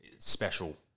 Special